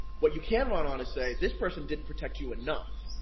what you can run on is say, if this person didn't protect you enough,